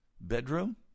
bedroom